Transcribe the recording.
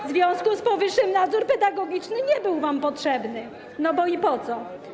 W związku z powyższym nadzór pedagogiczny nie był wam potrzebny, no bo i po co?